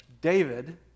David